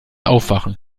aufwachen